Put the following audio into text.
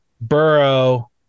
Burrow